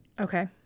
okay